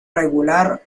regular